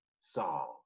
song